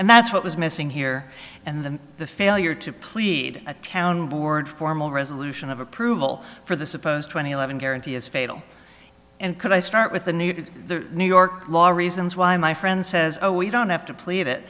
and that's what was missing here and then the failure to plead a town board formal resolution of approval for the supposed twenty eleven guarantee is fatal and could i start with the new the new york law reasons why my friend says oh we don't have to play it